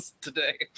today